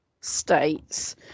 states